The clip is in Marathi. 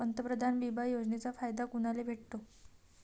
पंतप्रधान बिमा योजनेचा फायदा कुनाले भेटतो?